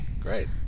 Great